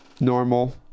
normal